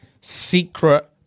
secret